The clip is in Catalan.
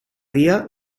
dia